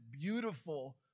beautiful